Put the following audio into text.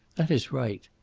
that is right.